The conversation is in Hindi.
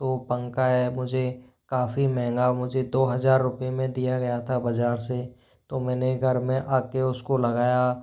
वह पंखा है मुझे काफ़ी महंगा मुझे दो हज़ार रुपए में दिया गया था बाज़ार से तो मैंने घर में आ कर उसको लगाया तो